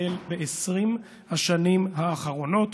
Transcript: ישראל ב-20 השנים האחרונות,